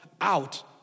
out